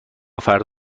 فردا